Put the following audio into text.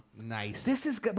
Nice